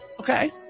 okay